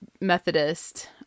Methodist